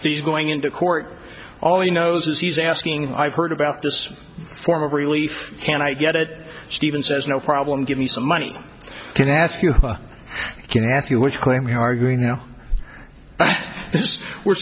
he's going into court all he knows is he's asking i've heard about this to a form of relief can i get it steven says no problem give me some money i can ask you can ask you which claim you're arguing now we're